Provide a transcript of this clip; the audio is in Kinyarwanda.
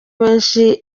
benshi